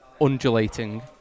undulating